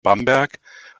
bamberg